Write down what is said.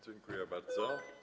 Dziękuję bardzo.